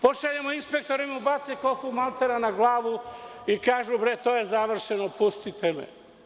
Pošaljemo inspektora, oni mu bace kofu maltera na glavu i kažu – to je završeno, pustite me.